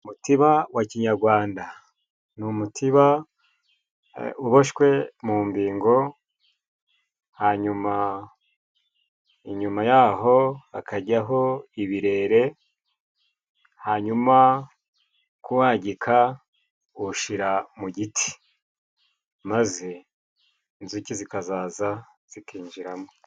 Umutiba wa kinyagwanda, ni umutiba uboshwe mu mbingo, hanyuma inyuma yaho hakajyaho ibirere, hanyuma kuwagika: uwushira mu giti maze inzuki zikazaza zikinjiramo.